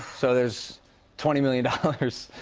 so there's twenty million dollars.